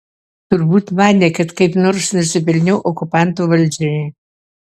turbūt manė kad kaip nors nusipelniau okupantų valdžiai